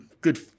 good